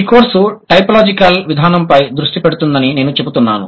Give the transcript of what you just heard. ఈ course typological విధానంపై దృష్టి పెడుతుందని నేను చెప్తున్నాను